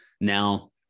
now